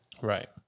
Right